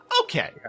Okay